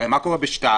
הרי מה קורה בשטר?